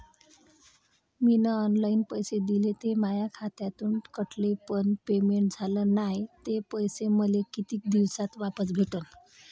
मीन online पैसे दिले, ते माया खात्यातून कटले, पण पेमेंट झाल नायं, ते पैसे मले कितीक दिवसात वापस भेटन?